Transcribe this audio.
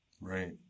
Right